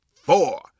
four